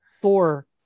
Thor